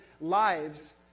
lives